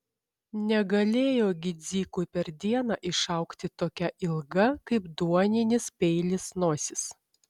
negalėjo gi dzikui per dieną išaugti tokia ilga kaip duoninis peilis nosis